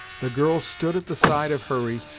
the girl stood at the side of hurry,